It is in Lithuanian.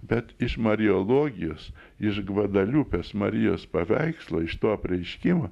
bet iš mariologijos iš gvadaliupės marijos paveikslo iš to apreiškimo